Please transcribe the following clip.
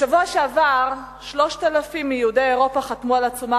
בשבוע שעבר 3,000 מיהודי אירופה חתמו על עצומה